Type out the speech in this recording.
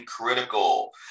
critical